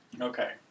Okay